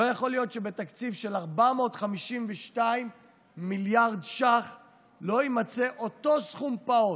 לא יכול להיות שבתקציב של 452 מיליארד שקל לא יימצא אותו סכום פעוט,